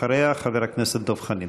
אחריה, חבר הכנסת דב חנין.